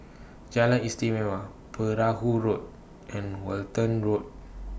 Jalan Istimewa Perahu Road and Walton Road